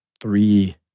three